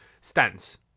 stance